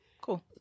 cool